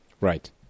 Right